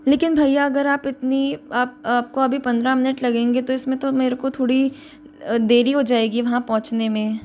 लेकिन भैया अगर आप इतनी आप आपको अभी पंद्रह मिनट लगेंगे इसमें तो मेरे को थोडी देरी हो जाऐगी वहाँ पहुँचने में